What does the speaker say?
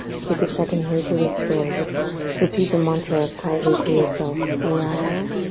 take a second here to restore. just repeat the mantra quietly to yourself allow.